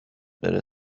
بره